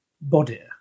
body